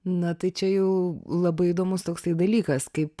na tai čia jau labai įdomus toksai dalykas kaip